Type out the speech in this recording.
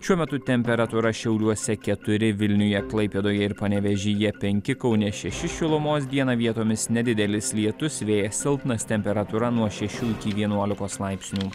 šiuo metu temperatūra šiauliuose keturi vilniuje klaipėdoje ir panevėžyje penki kaune šeši šilumos dieną vietomis nedidelis lietus vėjas silpnas temperatūra nuo šešių iki vienuolikos laipsnių